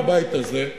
בבית הזה,